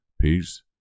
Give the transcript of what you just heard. peace